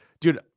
dude